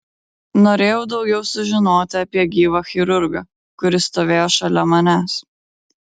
norėjau daugiau sužinoti apie gyvą chirurgą kuris stovėjo šalia manęs